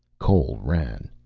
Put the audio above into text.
cole ran.